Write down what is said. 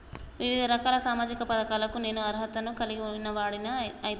వివిధ రకాల సామాజిక పథకాలకు నేను అర్హత ను కలిగిన వాడిని అయితనా?